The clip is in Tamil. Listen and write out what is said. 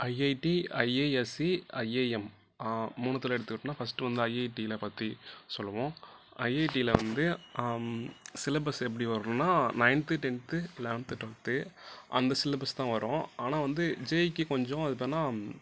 ஐஐடி ஐஐஎஸ்சி ஐஏஎம் மூணுத்துல எடுத்துக்கிட்டம்னால் ஃபஸ்ட் வந்து ஐஐடில பற்றி சொல்லுவோம் ஐஐடில வந்து சிலபஸ் எப்படி வரும்னா நயந் டென்த் லவென்த்து டுவெல்த் அந்த சிலபஸ் தான் வரும் ஆனால் வந்து ஜெஈக்கு கொஞ்சம் அதுபேர்னால்